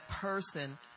person